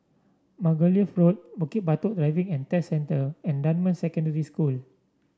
Margoliouth Road Bukit Batok Driving And Test Centre and Dunman Secondary School